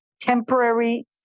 temporary